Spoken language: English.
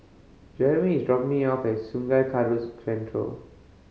Jerimy is dropping me off at Sungai Central